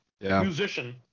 musician